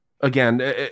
Again